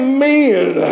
men